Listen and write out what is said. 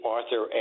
Arthur